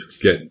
get